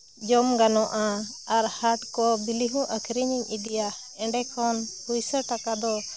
ᱡᱚᱢ ᱜᱟᱱᱚᱜᱼᱟ ᱟᱨ ᱦᱟᱴ ᱠᱚ ᱵᱤᱞᱤ ᱦᱚᱸ ᱟᱹᱠᱷᱨᱤᱧᱤᱧ ᱤᱫᱤᱭᱟ ᱮᱸᱰᱮ ᱠᱷᱚᱱ ᱯᱩᱭᱥᱟᱹᱼᱴᱟᱠᱟ ᱫᱚ